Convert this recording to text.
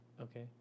okay